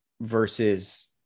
versus